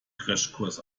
crashkurs